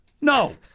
No